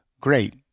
great